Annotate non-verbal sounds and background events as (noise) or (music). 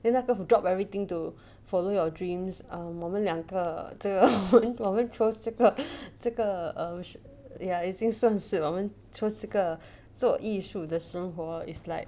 then 那个 who drop everything to follow your dreams um 我们两个这个 (laughs) 我们我们 chose 这个这个 um 算 ya 已经算是我们 choose 这个做艺术的生活 is like